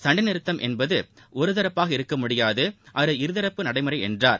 சண்டை நிறுத்தம் என்பது ஒருதரப்பாக இருக்க முடியாது அது இருதரப்பு நடைமுறை என்றார்